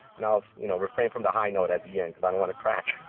now, you know, refrain from the high note at the end want to crack